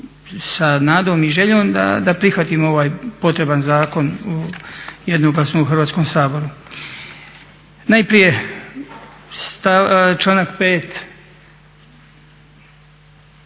sa nadom i željom da prihvatimo ovaj potreban zakon jednoglasno u Hrvatskom saboru. Najprije članak 5.